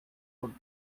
food